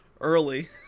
early